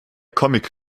comic